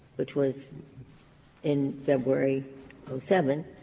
which was in february seven,